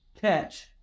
catch